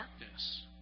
darkness